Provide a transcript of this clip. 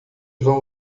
vão